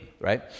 right